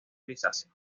grisáceo